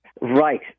Right